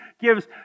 gives